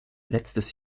letztes